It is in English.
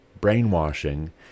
brainwashing